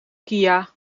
kia